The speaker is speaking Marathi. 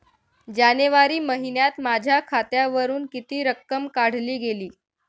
जानेवारी महिन्यात माझ्या खात्यावरुन किती रक्कम काढली गेली?